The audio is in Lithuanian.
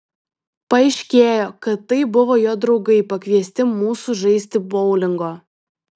paaiškėjo kad tai buvo jo draugai pakviesti mūsų žaisti boulingo